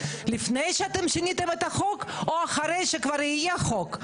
לפני שאתם שיניתם את החוק או אחרי שכבר יהיה חוק?